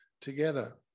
together